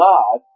God